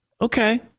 Okay